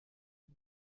and